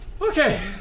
Okay